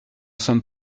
sommes